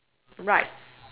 right